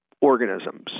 organisms